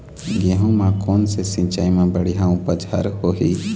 गेहूं म कोन से सिचाई म बड़िया उपज हर होही?